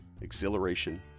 exhilaration